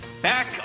Back